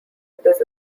this